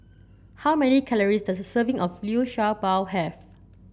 how many calories does a serving of Liu Sha Bao have